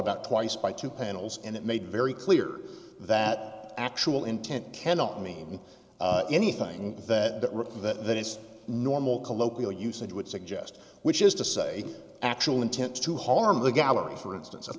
about twice by two panels and it made very clear that actual intent cannot mean anything that that is normal colloquial usage would suggest which is to say actual intent to harm the gallery for instance